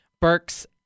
burks